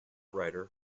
writer